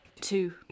Two